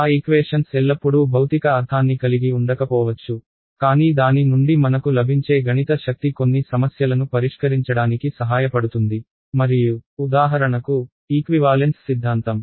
ఆ ఈక్వేషన్స్ ఎల్లప్పుడూ భౌతిక అర్థాన్ని కలిగి ఉండకపోవచ్చు కానీ దాని నుండి మనకు లభించే గణిత శక్తి కొన్ని సమస్యలను పరిష్కరించడానికి సహాయపడుతుంది మరియు ఉదాహరణకు ఈక్వివాలెన్స్ సిద్ధాంతం